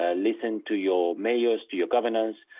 ah listen to your mayor's, to your governors,